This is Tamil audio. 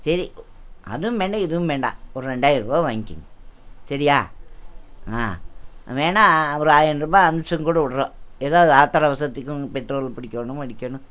சரி அதுவும் வேண்டாம் இதுவும் வேண்டாம் ஒரு ரெண்டாயரரூபா வாங்கிங்க சரியா வேணுணா ஒரு ஐநூரூபா அனுமிச்சும் கூட விட்டுறோம் எதாவது ஆத்தரம் அவசரத்துக்கும் பெட்ரோல் பிடிக்கணும் அடிக்கணும்